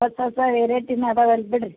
ಹೊಸ ಹೊಸ ವೆರೇಟಿನು ಇದಾವಲ ಬಿಡಿರಿ